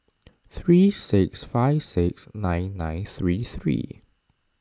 three six five six nine nine three three